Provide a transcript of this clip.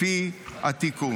לפי התיקון.